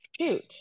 shoot